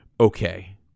okay